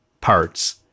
parts